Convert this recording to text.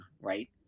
Right